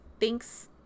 thanks